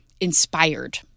inspired